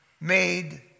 made